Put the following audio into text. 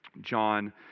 John